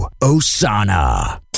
Osana